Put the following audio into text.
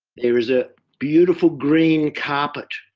there is a beautiful green carpet.